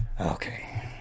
Okay